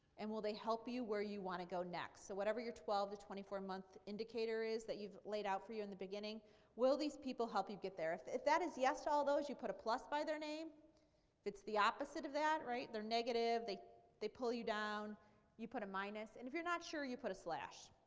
and will they help you where you want to go next? so whatever your twelve to twenty four months indicator is that you've laid out for you in the beginning will these people help you get there? is that is yes to all those you put a plus by their name. if it's the opposite of that, right, they're negative, they they pull you down you put a minus. and if you're not sure you put a slash.